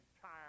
tired